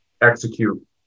execute